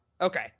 okay